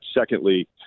secondly